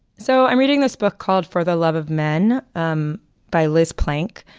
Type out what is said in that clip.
so i'm reading this book called for the love of men um by liz plank